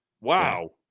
Wow